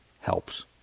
helps